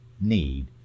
need